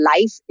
life